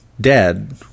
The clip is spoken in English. dead